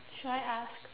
should I ask